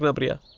but priya.